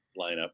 lineup